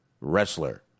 wrestler